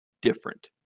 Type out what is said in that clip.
different